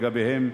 לגביהם,